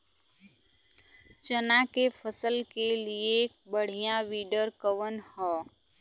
चना के फसल के लिए बढ़ियां विडर कवन ह?